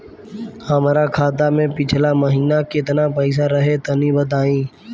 हमरा खाता मे पिछला महीना केतना पईसा रहे तनि बताई?